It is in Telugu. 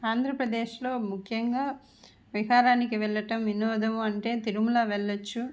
ఆంధ్రప్రదేశ్లో ముఖ్యంగా విహారానికి వెళ్ళటం వినోదం అంటే తిరుమల వెళ్ళవచ్చు